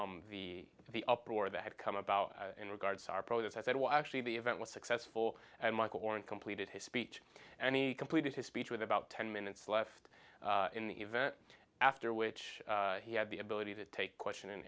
m the the uproar that had come about in regards to our protests i said well actually the event was successful and michael oren completed his speech and he completed his speech with about ten minutes left in the event after which he had the ability to take question